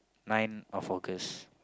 nine of August